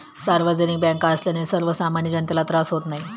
सार्वजनिक बँका असल्याने सर्वसामान्य जनतेला त्रास होत नाही